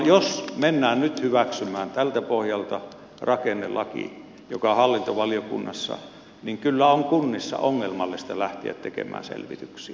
jos mennään nyt hyväksymään tältä pohjalta rakennelaki joka on hallintovaliokunnassa niin kyllä on kunnissa ongelmallista lähteä tekemään selvityksiä